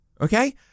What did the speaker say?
Okay